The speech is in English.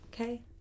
okay